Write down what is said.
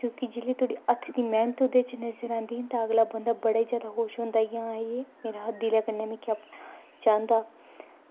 क्योंकि जिसलै धोड़ी एह्दे च हत्थ दी मैह्नत नजर आंदी ते बंदा बड़ा जादा इ'यां खुश होंदा ते ओह् दिलै कन्नै मिगी चाहंदा